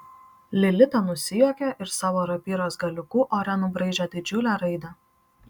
lilita nusijuokė ir savo rapyros galiuku ore nubraižė didžiulę raidę